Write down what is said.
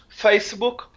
Facebook